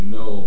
no